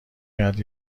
کرد